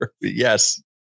Yes